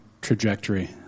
trajectory